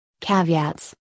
caveats